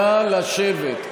נא לשבת.